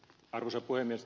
arvoisa puhemies